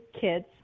kids